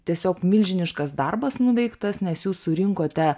tiesiog milžiniškas darbas nuveiktas nes jūs surinkote